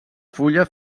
fulla